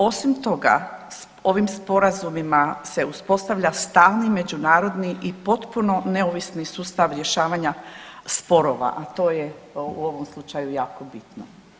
Osim toga ovim sporazumima se uspostavlja stalni međunarodni i potpuno neovisni sustav rješavanja sporova, a to je u ovom slučaju jako bitno.